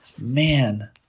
man